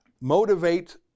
motivate